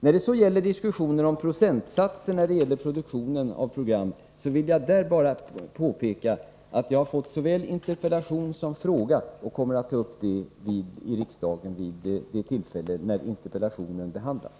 När det sedan gäller diskussionen om procentsatser i fråga om produktionen av program vill jag bara påpeka att jag fått såväl interpellation som fråga i det ämnet och kommer att ta upp det vid det tillfälle då interpellationen besvaras.